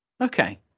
okay